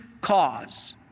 cause